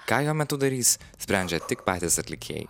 ką jo metu darys sprendžia tik patys atlikėjai